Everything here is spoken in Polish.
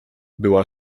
była